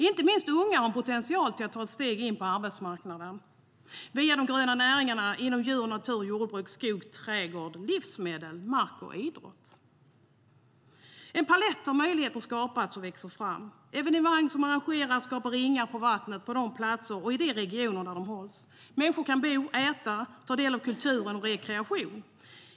Inte minst har unga en potential att ta ett steg in på arbetsmarknaden via de gröna näringarna inom djur, natur, jordbruk, skog, trädgård, livsmedel, mark och idrottsanläggningar. En palett av möjligheter skapas och växer fram. Evenemang som arrangeras skapar ringar på vattnet på de platser och i de regioner där de hålls. Människor kan bo, äta, ta del av kultur och rekreation.